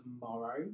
tomorrow